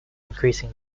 increasing